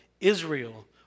Israel